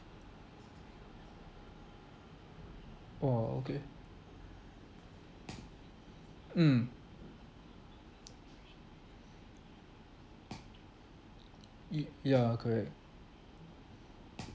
!wah! okay mm y~ ya correct